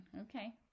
Okay